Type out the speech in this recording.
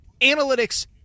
analytics